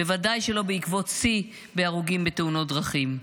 בוודאי שלא בעקבות שיא בהרוגים בתאונות דרכים.